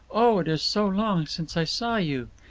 oh, it is so long since i saw you!